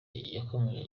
yakomeje